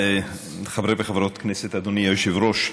חברי וחברות הכנסת, אדוני היושב-ראש,